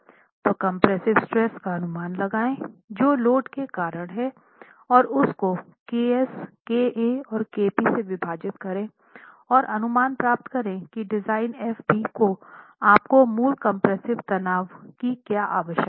तो compressive stress का अनुमान लगाए जो लोड के कारण हैं और उस को ks ka और kp से विभाजित करे और अनुमान प्राप्त करें कि डिज़ाइन f b में आपको मूल कंप्रेसिव तनाव की क्या आवश्यकता है